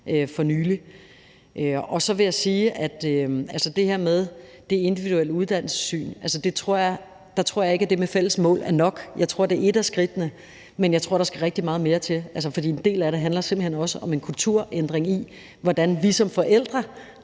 for nylig. Så vil jeg sige noget til det her med det individuelle uddannelsessyn. Der tror jeg ikke, at det med fælles mål er nok. Jeg tror, at det er et af skridtene, der skal tages, men jeg tror, at der skal rigtig meget mere til. For en del af det handler simpelt hen også om en kulturændring af, hvordan vi som forældre